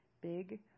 Big